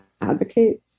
advocate